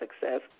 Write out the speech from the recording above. success